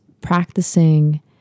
practicing